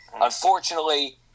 unfortunately